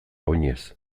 oinez